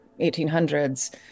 1800s